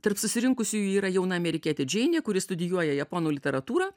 tarp susirinkusiųjų yra jauna amerikietė džeinė kuri studijuoja japonų literatūrą